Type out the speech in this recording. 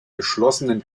geschlossenen